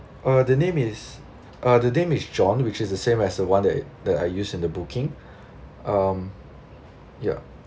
uh the name is uh the name is john which is the same as the one that that I used in the booking um ya